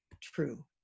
true